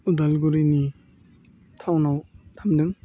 उदालगुरिनि थाउनाव दामदों